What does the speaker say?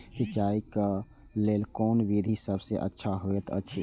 सिंचाई क लेल कोन विधि सबसँ अच्छा होयत अछि?